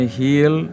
heal